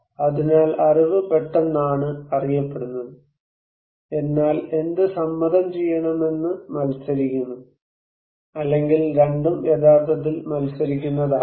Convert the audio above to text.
അതിനാൽ അറിവ് പെട്ടെന്നാണ് അറിയപ്പെടുന്നത് എന്നാൽ എന്ത് സമ്മതം ചെയ്യണമെന്ന് മത്സരിക്കുന്നു അല്ലെങ്കിൽ രണ്ടും യഥാർത്ഥത്തിൽ മത്സരിക്കുന്നതാകാം